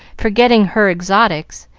forgetting her exotics,